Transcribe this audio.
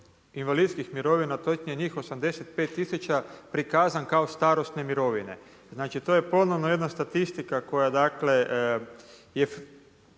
invalidskih mirovina, točnije njih 85 tisuća prikazan kao starosne mirovine. Znači to je ponovno jedna statistika koja